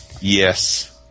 Yes